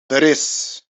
tres